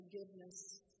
forgiveness